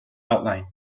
outline